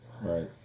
Right